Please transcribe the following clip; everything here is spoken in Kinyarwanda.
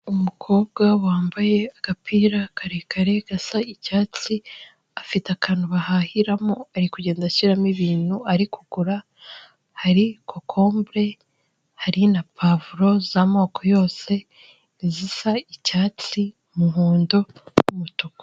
Umukobwa wambaye agapira karekare gasa icyatsi, afite akantu bahahiramo ari kugenda ashyiramo ibintu ari kugura, hari kokombure, hari na pavuro z'amoko yose, izisa icyatsi, umuhondo n'umutuku.